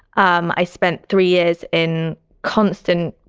um i spent three years in constant,